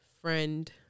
friend